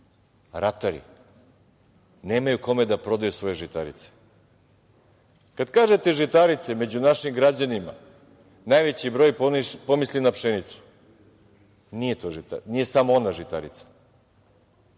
ratari, nemaju kome da prodaju svoje žitarice. Kada kažete žitarice, među našim građanima, najveći broj pomisli na pšenicu. Nije samo ona žitarica.